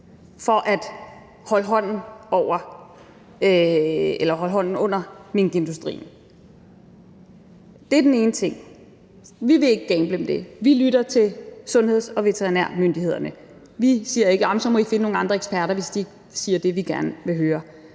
for at holde hånden under minkindustrien. Det er den ene ting. Vi vil ikke gamble med det. Vi lytter til sundheds- og veterinærmyndighederne. Vi siger ikke, at så må de finde nogle andre eksperter, hvis de ikke siger det, vi gerne vil høre.